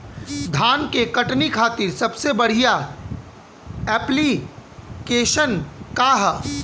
धान के कटनी खातिर सबसे बढ़िया ऐप्लिकेशनका ह?